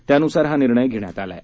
त्यानुसार हा निर्णय घेण्यात आला आहे